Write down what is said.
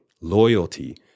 Loyalty